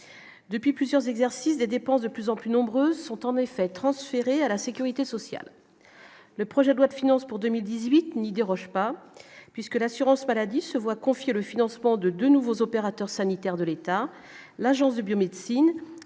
depuis plusieurs exercices des dépenses de plus en plus nombreuses sont en effet transféré à la sécurité sociale, le projet de loi de finances pour 2018 n'y déroge pas puisque l'assurance maladie, se voit confier le financement de 2 nouveaux opérateurs sanitaires de l'État, l'Agence de biomédecine